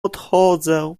odchodzę